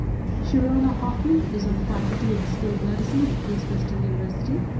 sharona hoffman is on the faculty at the school of medicine at case western university.